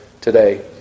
today